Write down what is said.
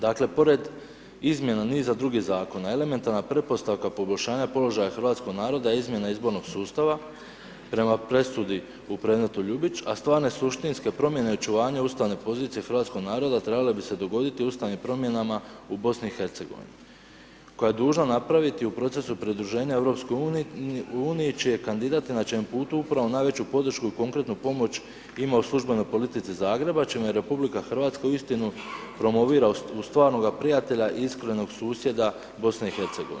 Dakle, pored izmjena niza drugih zakona elementarna pretpostavka poboljšanja položaja hrvatskog naroda je izmjena izbornog sustava, prema presudi u predmetu Ljubić, a stvarne suštinske promjene očuvanja ustavne pozicije hrvatskog naroda trebale bi se dogoditi ustavnim promjenama u BiH, koja je dužna napraviti u procesu pridruženja EU čiji je kandidat i na čijem putu upravo najveću podršku i konkretnu pomoć ima u službenoj politici Zagreba, čime je RH uistinu promovira u stvarnoga prijatelja i iskrenog susjeda BiH.